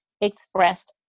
expressed